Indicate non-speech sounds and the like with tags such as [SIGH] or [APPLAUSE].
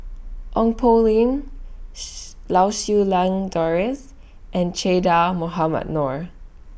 Ong Poh Lim [NOISE] Lau Siew Lang Doris and Che Dah Mohamed Noor